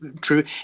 true